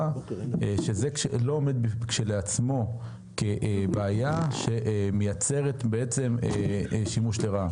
שזה כשלעצמו לא עומד כבעיה שמייצרת שימוש לרעה.